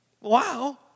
Wow